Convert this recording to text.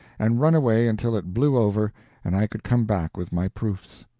and run away until it blew over and i could come back with my proofs.